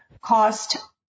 cost